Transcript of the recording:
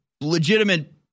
legitimate